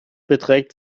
beträgt